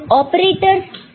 operators क्या है